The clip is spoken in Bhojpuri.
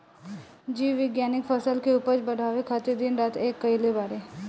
जीव विज्ञानिक फसल के उपज बढ़ावे खातिर दिन रात एक कईले बाड़े